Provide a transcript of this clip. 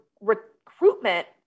recruitment